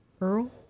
earl